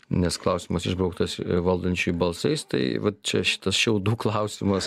nes klausimas išbrauktas valdančiųjų balsais tai vat čia šitas šiaudų klausimas